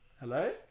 Hello